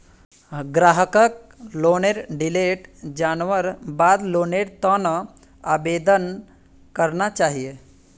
ग्राहकक लोनेर डिटेल जनवार बाद लोनेर त न आवेदन करना चाहिए